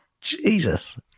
Jesus